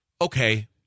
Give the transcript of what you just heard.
okay